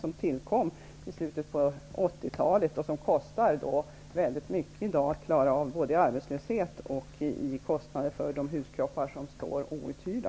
Den kostar i dag väldigt mycket i form av arbetslöshet och de huskroppar som står outhyrda.